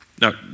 Now